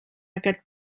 aquest